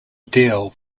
deal